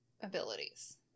abilities